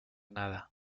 nada